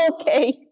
Okay